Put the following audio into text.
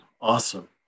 awesome